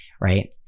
right